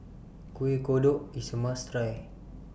Kueh Kodok IS A must Try